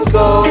go